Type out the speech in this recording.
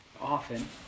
often